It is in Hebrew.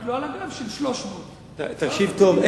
רק לא על הגב של 300. תקשיב טוב,